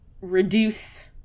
reduce